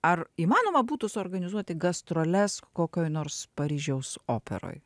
ar įmanoma būtų suorganizuoti gastroles kokioj nors paryžiaus operoj